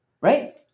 right